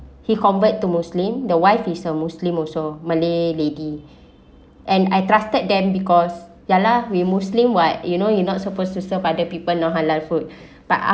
he convert to muslim the wife is a muslim also malay lady and I trusted them because ya lah we muslim while you know you're not supposed to serve other people non halal food but